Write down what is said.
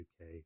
UK